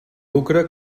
lucre